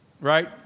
right